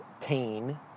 pain